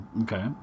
okay